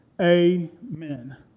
Amen